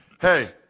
Hey